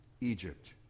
Egypt